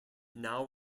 now